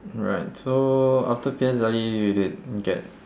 right so after P_S_L_E they'd get